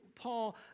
Paul